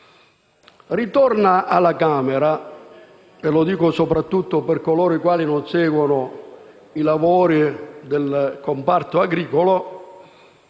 alla Camera - lo dico soprattutto per coloro i quali non seguono i lavori del comparto agricolo